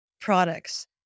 products